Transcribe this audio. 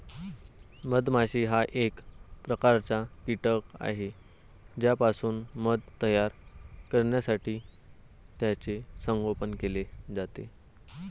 मधमाशी हा एक प्रकारचा कीटक आहे ज्यापासून मध तयार करण्यासाठी त्याचे संगोपन केले जाते